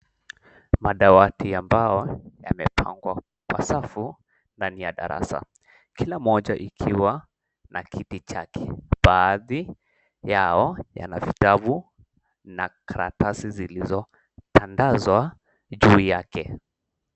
Madawati ambayo yamepangwa kwa safu ndani ya darasa. Kila moja ikiwa na kiti chake. Baadhi yao yana vitabu na karatasi zilizotandazwa juu yake.